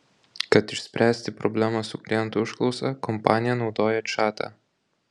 kad išspręsti problemą su klientų užklausa kompanija naudoja čatą